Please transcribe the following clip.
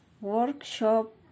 workshop